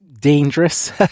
dangerous